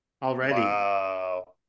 Already